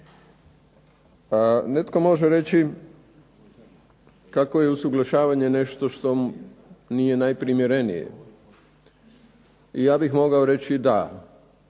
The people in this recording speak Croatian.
Netko može reći kako je usuglašavanje nešto što nije najprimjerenije. Ja bih mogao reći da,